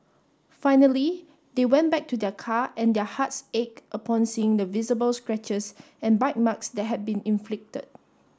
finally they went back to their car and their hearts ached upon seeing the visible scratches and bite marks that had been inflicted